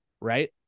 right